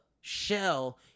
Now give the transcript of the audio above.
shell